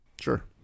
sure